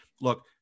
look